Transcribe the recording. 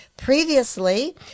Previously